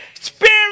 Spirit